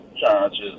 charges